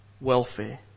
Welfare